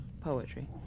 poetry